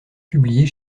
publiés